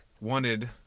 wanted